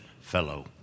Fellow